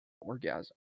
orgasm